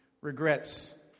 regrets